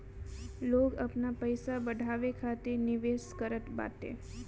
लोग आपन पईसा बढ़ावे खातिर निवेश करत बाटे